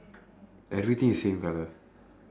everything is same colour